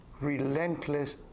relentless